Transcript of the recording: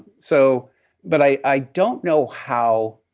so but i don't know how,